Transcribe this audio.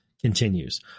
continues